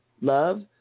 love